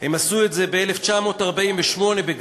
הם עשו את זה ב-1948 בגדול,